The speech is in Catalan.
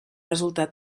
resultat